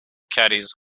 caddies